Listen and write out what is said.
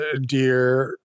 dear